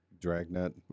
Dragnet